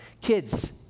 Kids